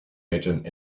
agent